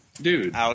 dude